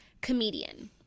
comedian